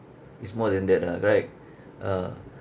is more than that ah right ah